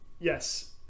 Yes